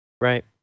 Right